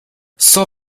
cent